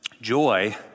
joy